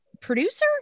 producer